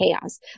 chaos